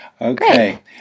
Okay